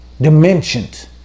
Dimensions